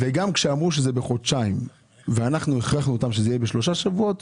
גם כשאמרו שזה בחודשיים ואנחנו הכרחנו אותם שזה יהיה בשלושה שבועות